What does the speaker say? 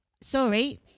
sorry